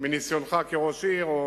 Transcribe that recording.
מניסיונך כראש עיר.